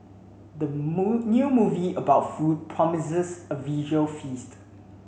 the new movie about food promises a visual feast